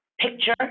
picture